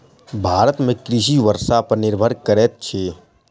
भारत में कृषि वर्षा पर निर्भर करैत अछि